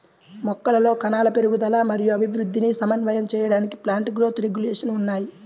మొక్కలలో కణాల పెరుగుదల మరియు అభివృద్ధిని సమన్వయం చేయడానికి ప్లాంట్ గ్రోత్ రెగ్యులేషన్స్ ఉన్నాయి